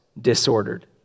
disordered